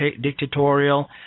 dictatorial